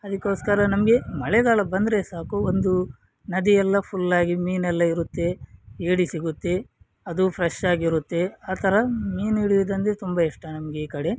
ಅದಕ್ಕೋಸ್ಕರ ನಮಗೆ ಮಳೆಗಾಲ ಬಂದರೆ ಸಾಕು ಒಂದು ನದಿಯೆಲ್ಲ ಫುಲ್ಲಾಗಿ ಮೀನೆಲ್ಲ ಇರುತ್ತೆ ಏಡಿ ಸಿಗುತ್ತೆ ಅದು ಫ್ರೆಶ್ ಆಗಿರುತ್ತೆ ಆ ಥರ ಮೀನು ಹಿಡಿಯುವುದೆಂದರೆ ತುಂಬ ಇಷ್ಟ ನಮಗೆ ಈ ಕಡೆ